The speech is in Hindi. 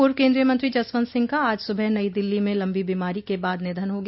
पूर्व केन्द्रीय मंत्री जसवंत सिंह का आज सुबह नई दिल्ली में लंबी बीमारी के बाद निधन हा गया